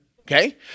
okay